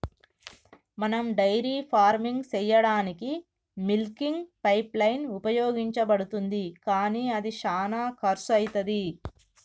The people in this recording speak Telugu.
మనం డైరీ ఫార్మింగ్ సెయ్యదానికీ మిల్కింగ్ పైప్లైన్ ఉపయోగించబడుతుంది కానీ అది శానా కర్శు అవుతది